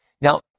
Now